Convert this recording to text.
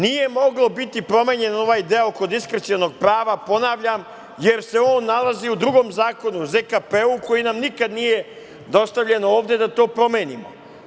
Nije mogao biti promenjen ovaj deo kod diskrecionog prava, ponavljam, jer se on nalazi u drugom zakonu, ZKP, koji nam nije nikad dostavljen ovde da to promenimo.